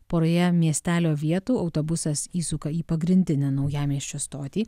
poroje miestelio vietų autobusas įsuka į pagrindinę naujamiesčio stotį